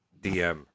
DM